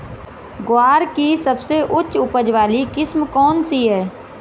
ग्वार की सबसे उच्च उपज वाली किस्म कौनसी है?